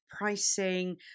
pricing